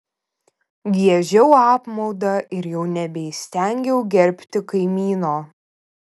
giežiau apmaudą ir jau nebeįstengiau gerbti kaimyno